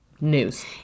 news